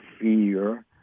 fear